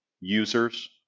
users